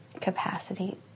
capacity